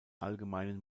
allgemeinen